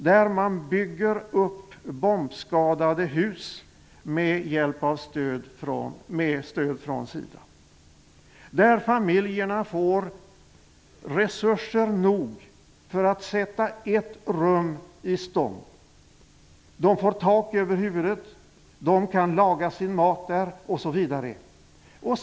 Där bygger man upp bombskadade hus med stöd från SIDA. Där får familjerna resurser nog för att sätta ett rum i stånd. De får tak över huvudet, de kan laga sin mat osv.